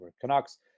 Canucks